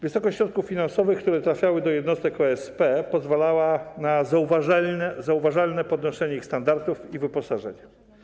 Wysokość środków finansowych, które trafiały do jednostek OSP, pozwalała na zauważalne podnoszenie ich standardów i wyposażenia.